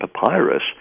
papyrus